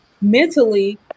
mentally